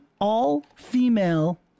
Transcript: all-female